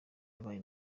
yabaye